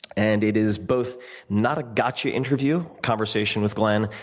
and it is both not a gotcha interview conversation with glenn,